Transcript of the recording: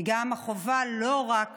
היא גם החובה לא רק